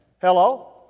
Hello